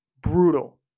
Brutal